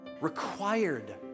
Required